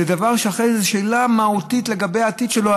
זו שאלה מהותית לגבי העתיד שלו,